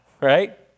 right